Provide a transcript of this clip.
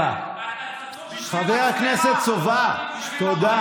חבר הכנסת סובה, תפוס את מקומך.